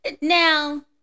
Now